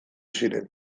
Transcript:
ziren